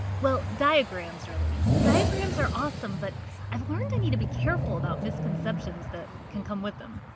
well, diagrams really. diagrams are awesome, but i've learned i need to be careful about misconceptions that can come with them.